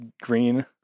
green